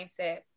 mindset